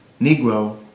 Negro